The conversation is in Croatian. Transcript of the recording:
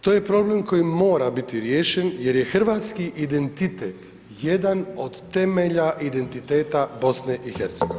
To je problem koji mora biti riješen jer je hrvatski identitet jedan od temelja identiteta BiH.